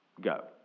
go